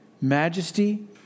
majesty